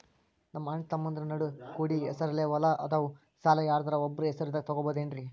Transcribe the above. ನಮ್ಮಅಣ್ಣತಮ್ಮಂದ್ರ ನಡು ಕೂಡಿ ಹೆಸರಲೆ ಹೊಲಾ ಅದಾವು, ಸಾಲ ಯಾರ್ದರ ಒಬ್ಬರ ಹೆಸರದಾಗ ತಗೋಬೋದೇನ್ರಿ?